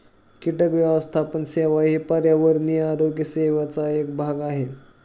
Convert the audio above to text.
कीटक व्यवस्थापन सेवा ही पर्यावरणीय आरोग्य सेवेचा एक भाग आहे